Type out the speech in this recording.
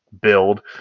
build